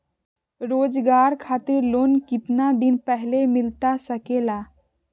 रोजगार खातिर लोन कितने दिन पहले मिलता सके ला?